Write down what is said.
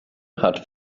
hat